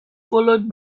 followed